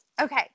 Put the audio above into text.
Okay